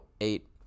eight